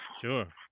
Sure